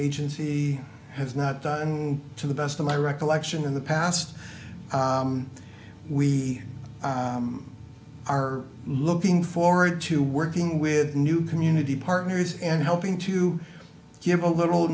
agency has not done to the best of my recollection in the past we are looking forward to working with new community partners and helping to give a little